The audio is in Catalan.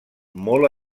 molt